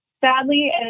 sadly